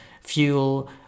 fuel